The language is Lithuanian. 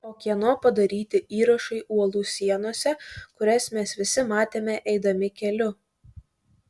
o kieno padaryti įrašai uolų sienose kurias mes visi matėme eidami keliu